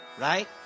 right